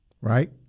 Right